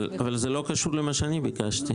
אבל זה לא קשור למה שאני ביקשתי.